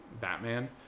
batman